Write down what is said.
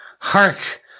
Hark